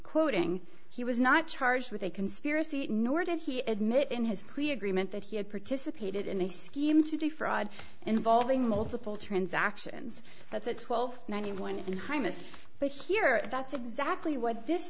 quoting he was not charged with a conspiracy nor did he admit in his plea agreement that he had participated in a scheme to defraud involving multiple transactions that's a twelve ninety one in the highest but here that's exactly what this